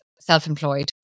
self-employed